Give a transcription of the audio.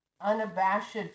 unabashed